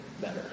better